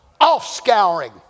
off-scouring